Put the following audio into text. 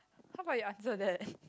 how about you answer that